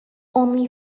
only